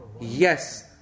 Yes